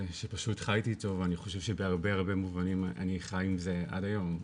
שפשוט חייתי איתו אני חושב שבהרבה מובנים אני חי עם זה עד היום,